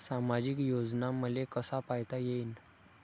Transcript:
सामाजिक योजना मले कसा पायता येईन?